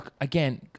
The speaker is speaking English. again